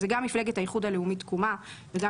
גם את מפלגת "האיחוד הלאומי תקומה" וגם